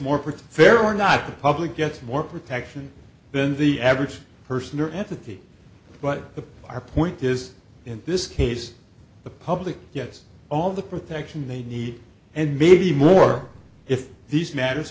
pretty fair or not the public gets more protection than the average person or entity but the point is in this case the public yes all the protection they need and maybe more if these matters